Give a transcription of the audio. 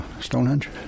Stonehenge